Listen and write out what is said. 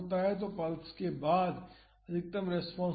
तो पल्स के बाद अधिकतम रेस्पॉन्स होता है